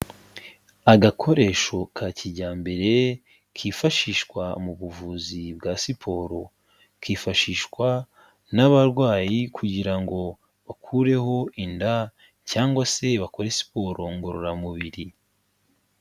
Agakoresho ka kijyambere kifashishwa mu buvuzi bwa siporo, kifashishwa n'abarwayi kugira ngo bakureho inda cyangwa se bakore siporo ngororamubiri.